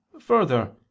Further